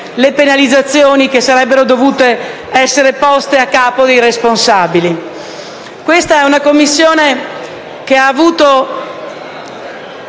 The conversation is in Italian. le penalizzazioni che avrebbero dovuto essere poste a capo dei responsabili. Questa è una Commissione che, laddove